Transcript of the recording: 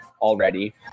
already